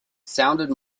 sounded